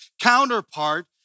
counterpart